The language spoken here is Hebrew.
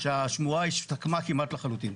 שהשמורה השתקמה כמעט לחלוטין.